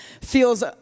feels